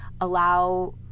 allow